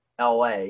LA